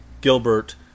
Gilbert